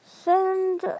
Send